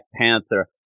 Panther